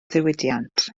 diwydiant